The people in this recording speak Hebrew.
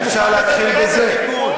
היה אפשר להתחיל בזה.